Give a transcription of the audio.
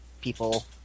people